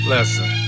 Listen